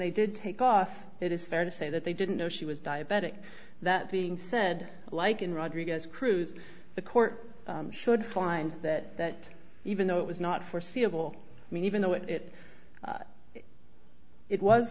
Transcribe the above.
they did take off it is fair to say that they didn't know she was diabetic that being said like in rodriguez cruz the court should find that even though it was not foreseeable i mean even though it is it was